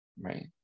right